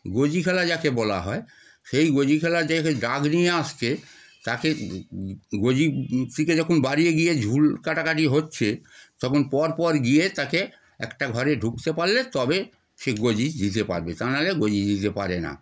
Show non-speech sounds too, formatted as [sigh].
গোজি খেলা যাকে বলা হয় সেই গোজি খেলা যে [unintelligible] ডাক নিয়ে আসছে তাকে গোজি থেকে যখন বেরিয়ে গিয়ে ঝুল কাটাকাটি হচ্ছে তখন পর পর গিয়ে তাকে একটা ঘরে ঢুকতে পারলে তবে সে গোজি দিতে পারবে তা নাহলে গোজি দিতে পারে না